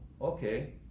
okay